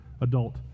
adult